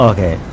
Okay